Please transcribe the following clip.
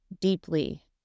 deeply